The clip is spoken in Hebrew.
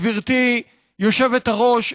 גברתי היושבת-ראש,